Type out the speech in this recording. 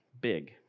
big